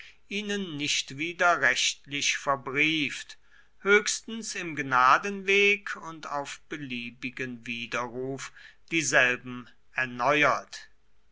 ihnen nicht wieder rechtlich verbrieft höchstens im gnadenweg und auf beliebigen widerruf dieselben erneuert